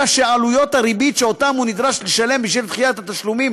אלא שעלויות הריבית שהוא נדרש לשלם בשל דחיית התשלומים